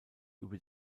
über